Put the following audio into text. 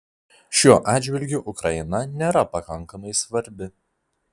šiuo atžvilgiu ukraina nėra pakankamai svarbi